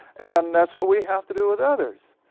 and that's what we have to do with others.